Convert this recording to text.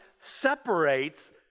separates